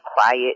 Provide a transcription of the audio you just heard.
quiet